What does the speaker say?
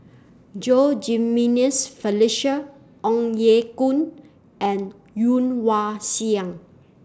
Low Jimenez Felicia Ong Ye Kung and Woon Wah Siang